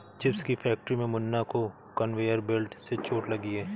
chips की factory में मुन्ना को कन्वेयर बेल्ट से चोट लगी है